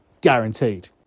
guaranteed